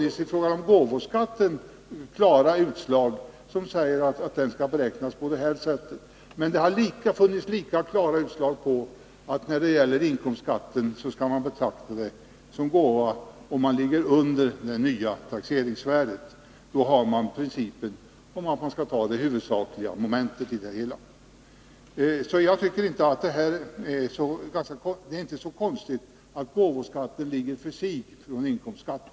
Det finns klara utslag som säger hur gåvoskatten skall beräknas. Och när det gäller inkomstskatten har det funnits lika klara utslag på att man skall betrakta en överlåtelse som gåva om priset ligger under det nya taxeringsvärdet. Det har varit den huvudsakliga principen. Jag tycker inte det är så konstigt att gåvoskatten ligger skild från inkomstskatten.